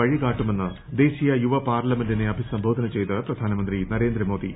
വഴികാട്ടുമെന്ന് ദേശീയ യുവ പാർലമെന്റിനെ അഭിസംബോധന ചെയ്ത് പ്രധാനമന്ത്രി നരേന്ദ്ര മോദി